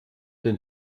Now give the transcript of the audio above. den